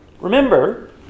Remember